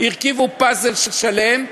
הרכיבו פאזל שלם,